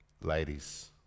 ladies